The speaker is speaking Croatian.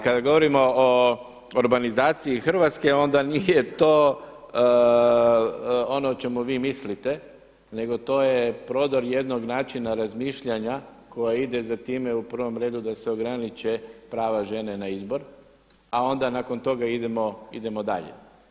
Kada govorimo o urbanizaciji Hrvatske onda nije to ono o čemu vi mislite, nego to je prodor jednog načina razmišljanja koja ide za time u prvom redu da se ograniče prava žene na izbor, a onda nakon toga idemo dalje.